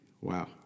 Wow